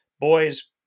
boys